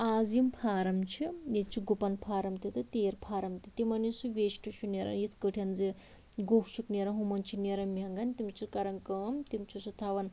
اَز یِم فارٕم چھِ ییٚتہِ چھُ گُپن فارٕم تہِ تہٕ تیٖر فارٕم تہِ تِمن یُس سُہ ویٚسٹہٕ چھُ نیران یِتھٕ پٲٹھٮ۪ن زٕ گُہہ چھُکھ نیران ہُمن چھِ نیران مٮ۪نٛگن تِم چھِ کَران کٲم تِم چھُ سُہ تھاوان